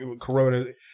corroded